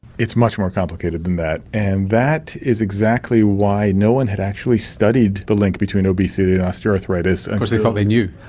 it's much more complicated than that. and that is exactly why no one had actually studied the link between obesity and osteoarthritis. because they thought they knew.